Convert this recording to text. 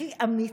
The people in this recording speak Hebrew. הכי אמיץ,